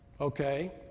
okay